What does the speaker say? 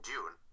June